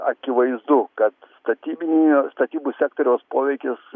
akivaizdu kad statybinių statybų sektoriaus poveikis